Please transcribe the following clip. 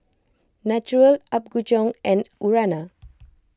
Naturel Apgujeong and Urana